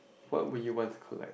what would you want to collect